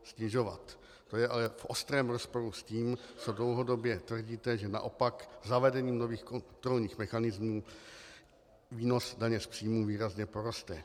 To je ale v ostrém rozporu s tím, co dlouhodobě tvrdíte, že naopak zavedením nových kontrolních mechanismů výnos daně z příjmu výrazně poroste.